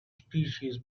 species